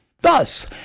Thus